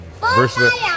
Versus